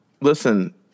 Listen